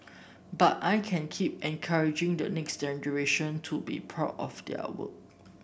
but I can keep encouraging the next generation to be proud of their work